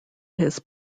his